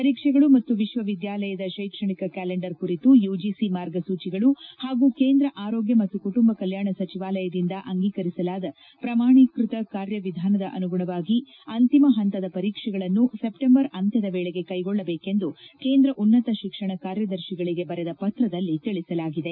ಪರೀಕ್ಷೆಗಳು ಮತ್ತು ವಿಶ್ವವಿದ್ಯಾಲಯದ ಶೈಕ್ಷಣಿಕ ಕ್ಯಾಲೆಂಡರ್ ಕುರಿತು ಯುಜಿಸಿ ಮಾರ್ಗಸೂಚಿಗಳು ಹಾಗೂ ಕೇಂದ್ರ ಆರೋಗ್ಯ ಮತ್ತು ಕುಟುಂಬ ಕಲ್ಯಾಣ ಸಚಿವಾಲಯದಿಂದ ಅಂಗೀಕರಿಸಲಾದ ಪ್ರಮಾಣೀಕ್ಷತ ಕಾರ್ಯವಿಧಾನದ ಅನುಗುಣವಾಗಿ ಅಂತಿಮ ಹಂತದ ಪರೀಕ್ಷೆಗಳನ್ನು ಸೆಪ್ಪಂಬರ್ ಅಂತ್ನದ ವೇಳಿಗೆ ಕ್ಷೆಗೊಳ್ಳಬೇಕೆಂದು ಕೇಂದ್ರ ಉನ್ನತ ಶಿಕ್ಷಣ ಕಾರ್ಯದರ್ಶಿಗಳಿಗ ಬರೆದ ಪತ್ರದಲ್ಲಿ ತಿಳಿಸಲಾಗಿದೆ